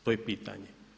To je pitanje.